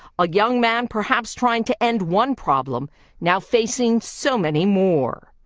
a young man perhaps trying to end one problem now facing so many more.